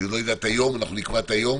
אני עוד לא יודע את היום, אנחנו נקבע את היום